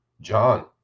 John